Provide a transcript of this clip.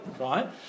right